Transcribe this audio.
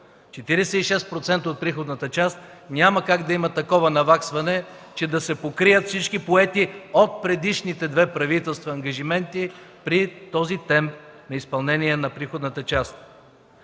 46% от приходната част, няма как да има такова наваксване, че да се покрият от всички поети от предишните две правителства ангажименти при този темп на изпълнение на приходната част.